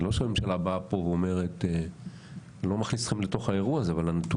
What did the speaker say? אני לא אכניס אתכם לאירוע הזה אבל הנתונים